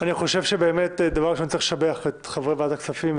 אני חושב שצריך לשבח את חברי ועדת הכספים,